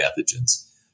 pathogens